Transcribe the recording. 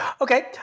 Okay